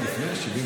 לפני.